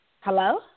Hello